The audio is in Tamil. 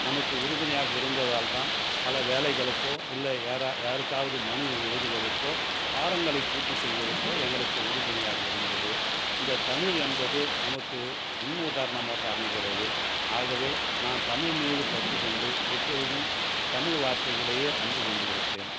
நமக்கு உறுதுணையாக இருந்ததால் தான் பல வேலைகளுக்கோ இல்லை யாரை யாருக்காவது மனு எழுதுவதற்கோ பாரங்களை பூர்த்தி செய்வதற்கோ எங்களுக்கு உறுதுணையாக இருந்தது இந்த தமிழ் என்பது நமக்கு முன் உதாரணமாக அமைகிறது ஆகவே நாம் தமிழ் மீது பற்றுக்கொண்டு எப்பொழுதும் தமிழ் வார்த்தைகளையே அன்புக்கொண்டு இருப்பேன்